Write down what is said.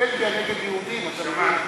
בבלגיה נגד יהודים, אתה מבין?